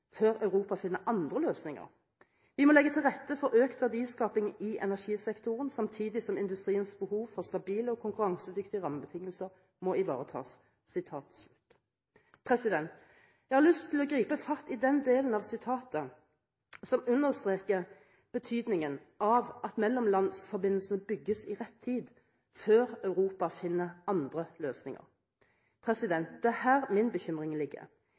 før Europa finner andre løsninger. Vi må legge til rette for økt verdiskaping i energisektoren, samtidig som industriens behov for stabile og konkurransedyktige rammebetingelser må ivaretas.» Jeg har lyst til å gripe fatt i den delen av sitatet som understreker betydningen av at mellomlandsforbindelsene bygges i rett tid, før Europa finner andre løsninger. Det er her min bekymring ligger.